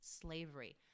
slavery